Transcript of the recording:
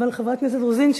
חברת הכנסת רוזין,